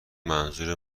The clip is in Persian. منظور